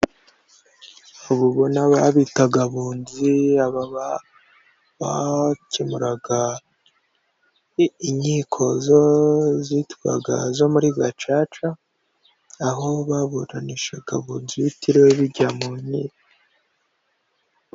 Aba ubona babitaga abunzi, aba bakemuraga inkiko zo zitwaga zo muri gacaca, aho baburanishaga abunzi bitiriwe bijya mu nkiko.